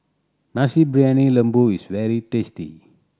Nasi Briyani Lembu is very tasty